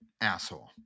Asshole